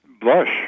blush